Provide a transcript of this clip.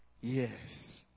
yes